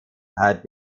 had